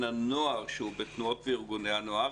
הנוער שהוא בתנועות ובארגוני הנוער,